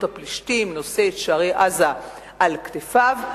הפלישתים ונושא את שערי עזה על כתפיו.